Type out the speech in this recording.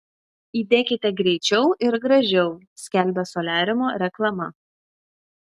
įdekite greičiau ir gražiau skelbia soliariumo reklama